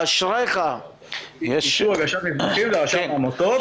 אישור הגשת מסמכים לרשם העמותות,